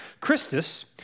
Christus